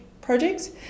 projects